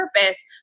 purpose